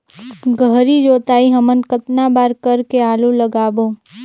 गहरी जोताई हमन कतना बार कर के आलू लगाबो?